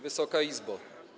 Wysoka Izbo!